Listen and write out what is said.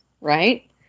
right